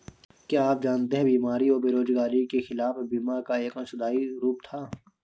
क्या आप जानते है बीमारी और बेरोजगारी के खिलाफ बीमा का एक अंशदायी रूप था?